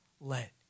let